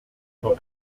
cent